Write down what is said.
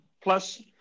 plus